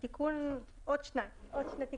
עוד שני תיקונים.